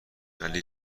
ولی